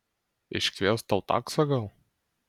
iškviest tau taksą gal